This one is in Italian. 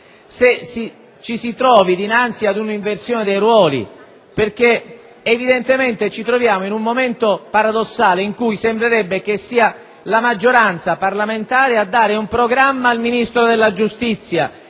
se ci si trovi dinanzi ad un'inversione dei ruoli. Evidentemente ci troviamo in un momento paradossale, in cui sembrerebbe che sia la maggioranza parlamentare a dare un programma al Ministro della giustizia.